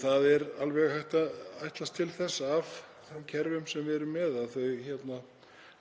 Það er alveg hægt að ætlast til þess af þeim kerfum sem við erum með að þau